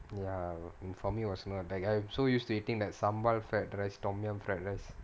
ya inform you that I'm so used to eating that sambal fried rice tom yum fried rice